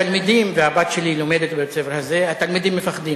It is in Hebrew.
התלמידים, והבת שלי לומדת בבית-הספר הזה, מפחדים.